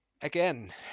again